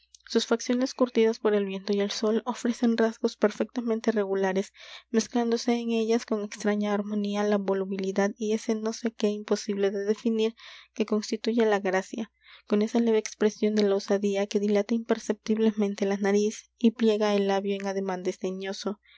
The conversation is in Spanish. sus facciones curtidas por el viento y el sol ofrecen rasgos perfectamente regulares mezclándose en ellas con extraña armonía la volubilidad y ese no sé qué imposible de definir que constituye la gracia con esa leve expresión de la osadía que dilata imperceptiblemente la nariz y pliega el labio en ademán desdeñoso